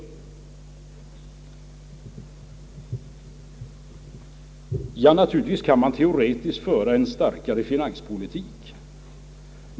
Ja, naturligtvis kan man teoretiskt föra en starkare finanspolitik.